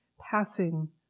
passing